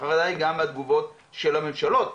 החרדה היא גם מהתגובות של הממשלות.